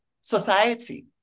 society